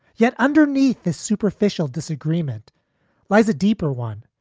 yet underneath the superficial disagreement lies a deeper one.